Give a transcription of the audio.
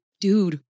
dude